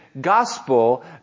gospel